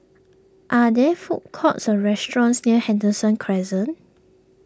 are there food courts or restaurants near Henderson Crescent